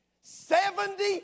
Seventy